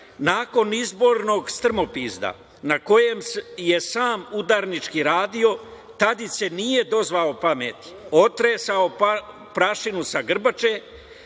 "Nakon izbornog strmopizda na kojem je sam udarnički radio, Tadić se nije dozvao pameti, otresao prašinu sa grbače,